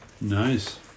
nice